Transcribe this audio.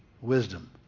wisdom